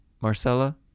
marcella